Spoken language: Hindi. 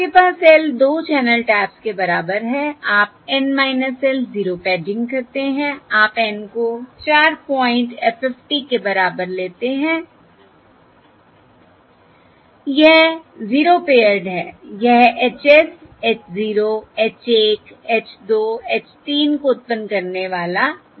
आपके पास l2 चैनल टैप्स के बराबर है आप N - L 0 पैडिंग करते हैं आप N को 4 पॉइंट FFT के बराबर लेते हैं यह 0 पेअर्ड है यह H s H 0 H 1 H 2 H 3 को उत्पन्न करने वाला 0 Pared FFT है